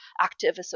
active